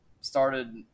started